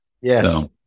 Yes